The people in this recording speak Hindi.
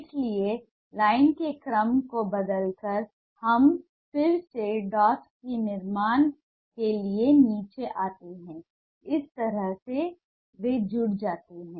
इसलिए लाइन के क्रम को बदलकर हम फिर से डॉट्स के निर्माण के लिए नीचे आते हैं इसी तरह वे जुड़े हुए हैं